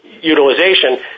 utilization